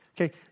Okay